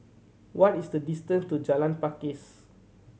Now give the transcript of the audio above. what is the distance to Jalan Pakis